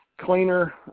cleaner